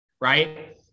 right